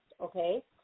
okay